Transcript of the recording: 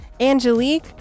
Angelique